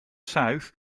south